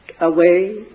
away